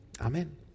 Amen